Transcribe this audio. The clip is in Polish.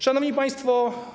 Szanowni Państwo!